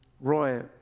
Roy